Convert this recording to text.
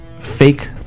fake